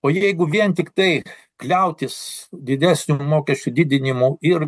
o jeigu vien tiktai kliautis didesniu mokesčių didinimu ir